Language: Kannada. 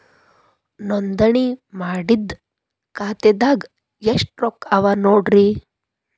ನೋಂದಣಿ ಮಾಡಿದ್ದ ಖಾತೆದಾಗ್ ಎಷ್ಟು ರೊಕ್ಕಾ ಅವ ನೋಡ್ರಿ